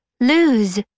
Lose